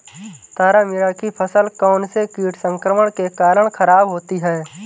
तारामीरा की फसल कौनसे कीट संक्रमण के कारण खराब होती है?